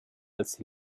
als